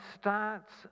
starts